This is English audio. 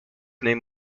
name